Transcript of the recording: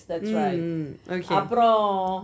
mm mm okay